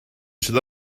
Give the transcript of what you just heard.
sydd